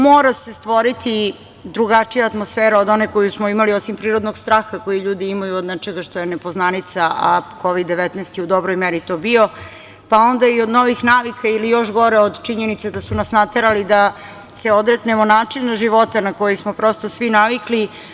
Mora se stvoriti drugačija atmosfera od one koju smo imali, osim prirodnog straha koji ljudi imaju od nečega što je nepoznanica, a Kovid 19 je u dobroj meri to bio, pa onda i od novih navika ili još gore od činjenice da su nas naterali da se odreknemo načina života na koji smo prosto svi navikli.